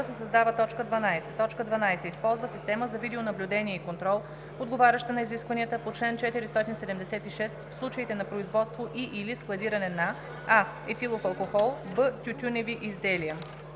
се създава т. 12: „12. използва система за видеонаблюдение и контрол, отговаряща на изискванията на чл. 476, в случаите на производство и/или складиране на: а) етилов алкохол; б) тютюневи изделия.“.